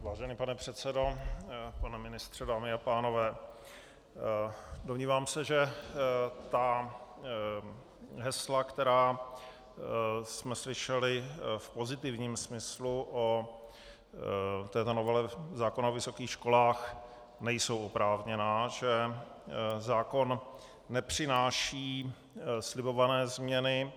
Vážený pane předsedo, pane ministře, dámy a pánové, domnívám se, že hesla, která jsme slyšeli v pozitivním smyslu o této novele zákona o vysokých školách, nejsou oprávněná, že zákon nepřináší slibované změny.